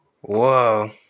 Whoa